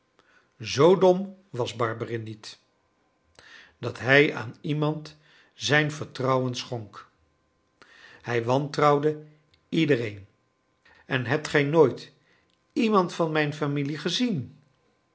zoo dom was barberin niet dat hij aan iemand zijn vertrouwen schonk hij wantrouwde iedereen en hebt gij nooit iemand van mijn familie gezien